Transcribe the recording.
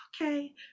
okay